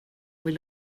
vill